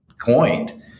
coined